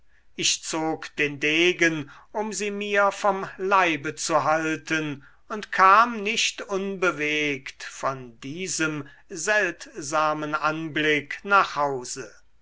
ich zog den degen um sie mir vom leibe zu halten und kam nicht unbewegt von diesem seltsamen anblick nach hause